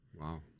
Wow